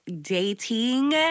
dating